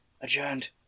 Adjourned